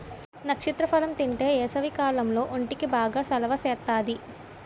నక్షత్ర ఫలం తింతే ఏసవికాలంలో ఒంటికి బాగా సలవ సేత్తాది